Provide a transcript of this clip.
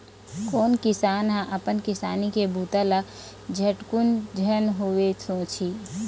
कोन किसान ह अपन किसानी के बूता ल झटकुन झन होवय सोचही